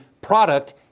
product